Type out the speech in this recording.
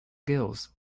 gills